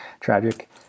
tragic